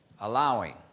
allowing